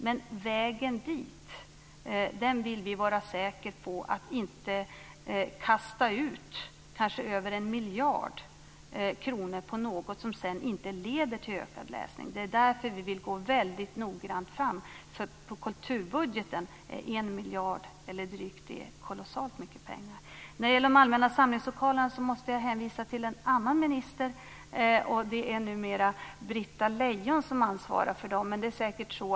Men på vägen dit vill vi vara säkra på att vi inte kastar ut kanske 1 miljard kronor på något som inte leder till ökat läsande. Det är därför vi vill gå noggrant fram. På kulturbudgeten är drygt 1 miljard kolossalt mycket pengar. När det gäller de allmänna samlingslokalerna måste jag hänvisa till en annan minister. Det är numera Britta Lejon som ansvarar för dem.